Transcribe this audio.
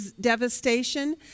devastation